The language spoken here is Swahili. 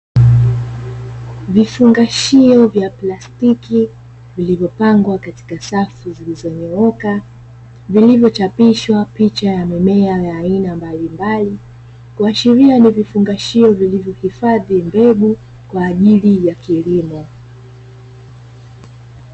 Vifungashio vya plastiki vilivyopangwa katika safu, zilizonyooka vilivyochapishwa picha ya mimea ya aina mbalimbali kuashiria ni vifungashio vilivyohifadhi mbegu kwa ajili ya kilimo.